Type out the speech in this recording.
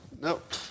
Nope